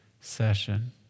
session